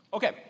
Okay